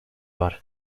var